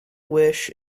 wish